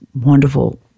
wonderful